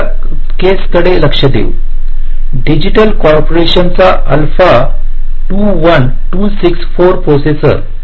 दुसर्या केस कडे लक्ष देऊ डिजिटल कॉर्पोरेशनचा अल्फा 21264 प्रोसेसर